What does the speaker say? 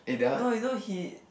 no you know he